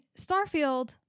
Starfield